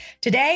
Today